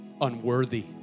Unworthy